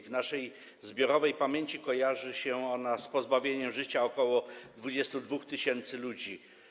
W naszej zbiorowej pamięci kojarzy się ona z pozbawieniem życia ok. 22 tys. ludzi.